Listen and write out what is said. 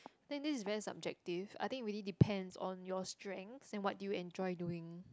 think this is very subjective I think really depends on your strength and what do you enjoy doing